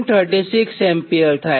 36 ampere થાય